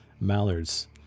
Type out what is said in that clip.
mallards